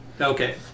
Okay